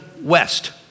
west